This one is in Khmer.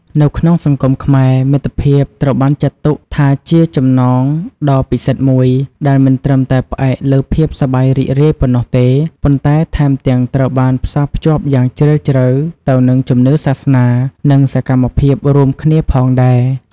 នៅក្នុងសង្គមខ្មែរ មិត្តភាពត្រូវបានចាត់ទុកថាជាចំណងដ៏ពិសិដ្ឋមួយ ដែលមិនត្រឹមតែផ្អែកលើភាពសប្បាយរីករាយប៉ុណ្ណោះទេ ប៉ុន្តែថែមទាំងត្រូវបានផ្សារភ្ជាប់យ៉ាងជ្រាលជ្រៅទៅនឹងជំនឿសាសនា និងសកម្មភាពរួមគ្នាផងដែរ។